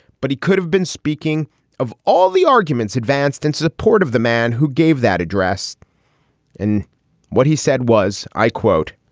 but he could have been speaking of all the arguments advanced in support of the man who gave that address and what he said was, i quote,